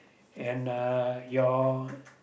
and uh your